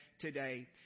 today